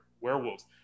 werewolves